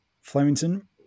flemington